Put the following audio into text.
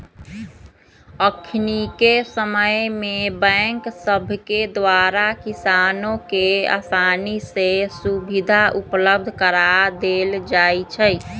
अखनिके समय में बैंक सभके द्वारा किसानों के असानी से सुभीधा उपलब्ध करा देल जाइ छइ